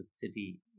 city